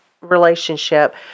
relationship